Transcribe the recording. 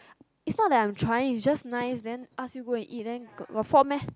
is not that I am not trying just nice then and ask you got and eat got fault meh